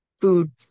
food